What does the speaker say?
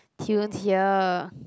tuned here